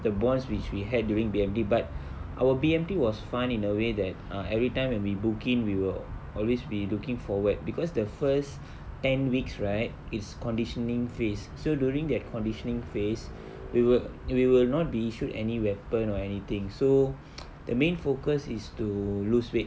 the bonds which we had during B_M_T but our B_M_T was fun in a way that uh everytime when we book in we will always be looking forward because the first ten weeks right it's conditioning phase so during that conditioning phase we will we will not be issued any weapon or anything so the main focus is to lose weight